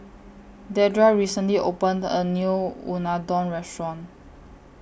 Deidra recently opened A New Unadon Restaurant